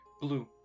Blue